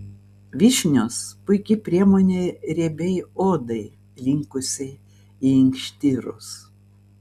vyšnios puiki priemonė riebiai odai linkusiai į inkštirus